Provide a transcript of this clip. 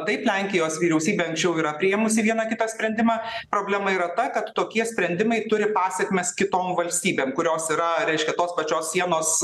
taip lenkijos vyriausybė anksčiau yra priėmusi vieną kitą sprendimą problema yra ta kad tokie sprendimai turi pasekmes kitom valstybėm kurios yra reiškia tos pačios sienos